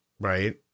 Right